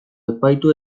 epaitu